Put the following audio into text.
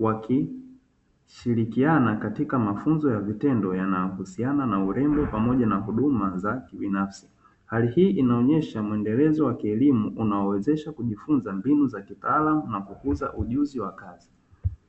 wakishirikiana katika mafunzo ya vitendo yanayohusiana na urembo pamoja na huduma za kibinafsi, hali hii inaonyesha mwendelezo wa kielimu unaowezesha kujifunza mbinu za kitaalamu, na kukuza ujuzi wa kazi.